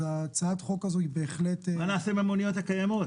אז הצעות החוק הזאת היא בהחלט -- מה נעשה עם המוניות הקיימות?